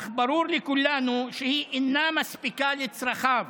אך ברור לכולנו שהיא אינה מספיקה לצרכיו.